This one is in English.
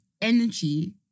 energy